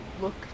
look